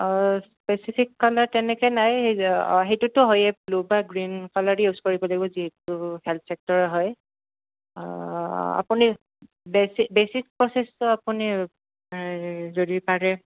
specific ক'লে তেনেকৈ নাই সেইটোটো হয়য়ে ব্লু বা গ্ৰীন কালাৰে ইউজ কৰিব লাগিব যিহেতু হেল্থ চেক্টৰৰ হয় আপুনি বেচিক বেচিক প্ৰচেছটো আপুনি যদি পাৰে